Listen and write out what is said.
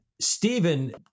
Stephen